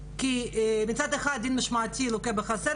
מצד אחד הדין המשמעתי לוקה בחסר,